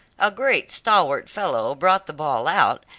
a great stalwart fellow brought the ball out,